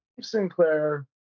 Sinclair